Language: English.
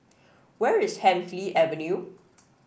where is Hemsley Avenue